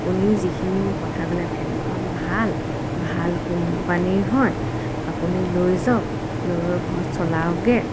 আপুনিও মোক যিখিনি কথা ক'লে ফেনখন ভাল ভাল কোম্পানীৰ হয় আপুনি লৈ যাওক লৈ গৈ ঘৰত চলাওকগে